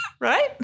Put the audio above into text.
right